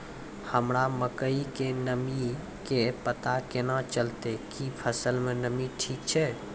हमरा मकई के नमी के पता केना चलतै कि फसल मे नमी ठीक छै?